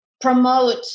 promote